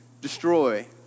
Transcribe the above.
destroy